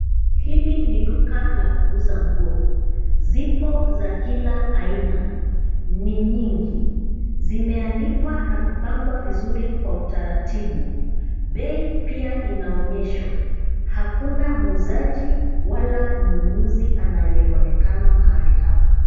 Hili ni duka la kuuza nguo. Zipo za kila aina. Ni nyingi. Zimeanikwa na kupangwa vizuri kwa utaratibu. Bei pia inaonyesha. Hakuna muuzaji wala mnunuzi anayeonekana mahali hapa.